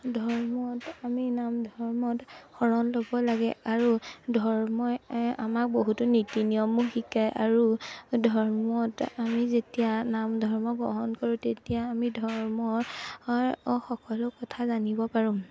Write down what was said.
ধৰ্মত আমি নাম ধৰ্মত শৰণ ল'ব লাগে আৰু ধৰ্মই এ আমাক বহুতো নীতি নিয়মো শিকায় আৰু ধৰ্মত আমি যেতিয়া নাম ধৰ্ম গ্ৰহণ কৰোঁ তেতিয়া আমি ধৰ্মৰ সকলো কথা জানিব পাৰোঁ